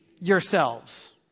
Yourselves